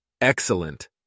Excellent